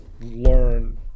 learn